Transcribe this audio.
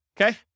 Okay